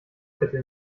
bitte